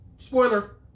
Spoiler